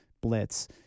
blitz